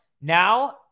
now